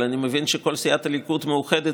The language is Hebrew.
אבל אני מבין שכל סיעת הליכוד מאוחדת